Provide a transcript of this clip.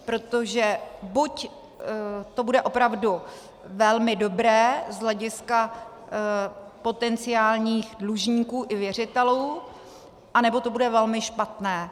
Protože buď to bude opravdu velmi dobré z hlediska potenciálních dlužníků i věřitelů, nebo to bude velmi špatné.